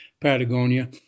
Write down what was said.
Patagonia